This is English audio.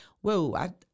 whoa